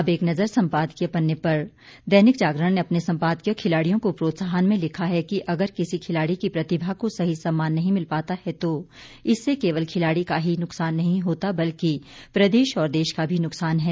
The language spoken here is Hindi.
अब एक नजर संपादकीय पर दैनिक जागरण ने अपने संपादकीय खिलाड़ियों को प्रोत्साहन में लिखा है कि अगर किसी खिलाड़ी की प्रतिभा को सही सम्मान नहीं मिल पाता है तो इससे केवल खिलाड़ी का ही नुकसान नहीं होता बल्कि प्रदेश और देश का भी नुकसान है